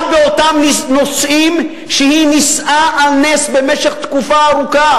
גם באותם נושאים שהיא נישאה בהם על נס במשך תקופה ארוכה,